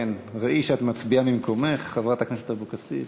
כן, ראי שאת מצביעה ממקומך, חברת הכנסת אבקסיס.